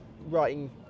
writing